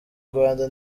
rwanda